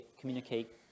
communicate